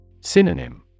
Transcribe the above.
Synonym